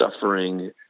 suffering